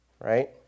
right